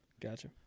Gotcha